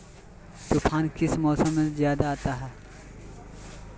तूफ़ान किस मौसम में ज्यादा आता है?